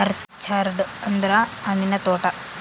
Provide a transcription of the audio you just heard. orchard ಅಂದ್ರ ಹಣ್ಣಿನ ತೋಟ